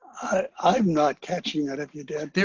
i'm not catching it if you did.